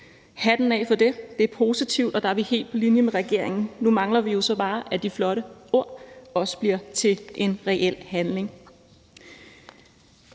Hatten af for det, det er positivt, og der er vi helt på linje med regeringen. Nu mangler vi så bare, at de flotte ord også bliver til en reel handling.